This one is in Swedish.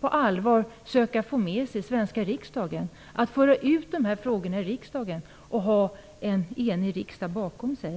på allvar tycks söka få med sig svenska riksdagen, att föra ut de här frågorna i riksdagen och att ha en enig riksdag bakom sig.